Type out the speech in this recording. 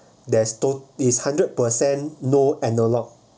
there's to~ is hundred percent no analog